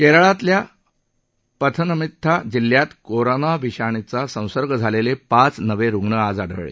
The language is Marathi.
केरळातल्या पथनमथित्ता जिल्ह्यात कोरना विषाणूचा संसर्ग झालेले पाच नवे रुग्ण आज आढळले